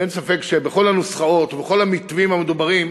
ואין ספק שבכל הנוסחאות ובכל המתווים המדוברים,